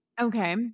Okay